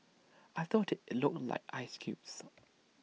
I thought IT looked like ice cubes